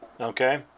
okay